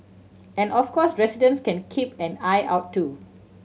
and of course residents can keep an eye out too